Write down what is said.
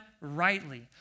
rightly